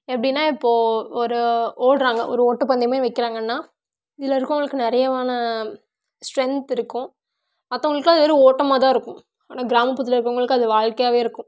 எப்படின்னா இப்போ ஒரு ஓடுறாங்க ஒரு ஓட்டப்பந்தயம் வைக்கிறாங்கன்னா இதில் இருக்கிறவங்களுக்கு நிறையவான ஸ்ட்ரென்த் இருக்கும் மற்றவங்களுக்குலாம் அது வெறும் ஓட்டமாக தான் இருக்கும் ஆனால் கிராமப்புறத்தில் இருக்கிறவங்களுக்கு அது வாழ்க்கையாவே இருக்கும்